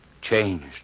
Changed